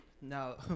No